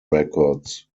records